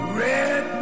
red